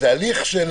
זה הליך של